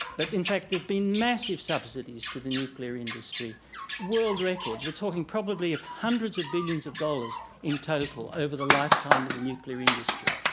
but in fact there's been massive subsidies to the nuclear industry world records, we're talking probably of hundreds of billions of dollars in total over the lifetime of the nuclear industry.